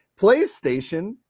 PlayStation